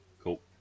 Cool